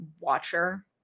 watcher